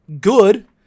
good